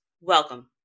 welcome